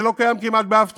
זה לא קיים כמעט באף תחום.